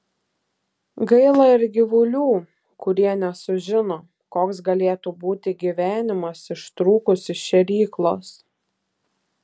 gaila ir gyvulių kurie nesužino koks galėtų būti gyvenimas ištrūkus iš šėryklos